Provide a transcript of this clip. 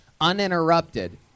uninterrupted